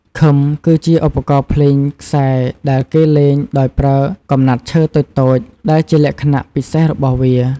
ឃឹម គឺជាឧបករណ៍ភ្លេងខ្សែដែលគេលេងដោយប្រើកំណាត់ឈើតូចៗ ដែលជាលក្ខណៈពិសេសរបស់វា។